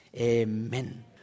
amen